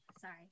sorry